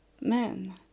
men